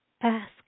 Ask